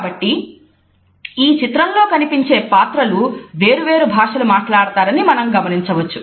కాబట్టి ఈ చిత్రంలో కనిపించే పాత్రలు వేరు వేరు భాషలు మాట్లాడతారని మనం గమనించొచ్చు